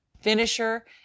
finisher